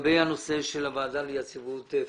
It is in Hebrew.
לגבי הנושא של הוועדה ליציבות פיננסית.